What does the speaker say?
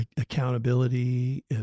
accountability